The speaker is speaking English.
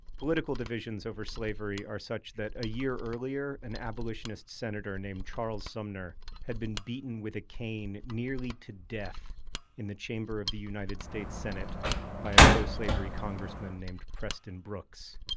political divisions over slavery are such that a year earlier, an abolitionist senator named charles sumner had been beaten with a cane nearly to death in the chamber of the united states senate by a pro-slavery congressman named preston brooks,